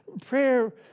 prayer